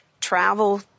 travel